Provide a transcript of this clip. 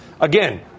again